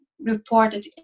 reported